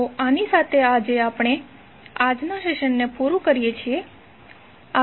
તો આની સાથે આપણે આજના સેશનને પુરૂ કરીએ છીએ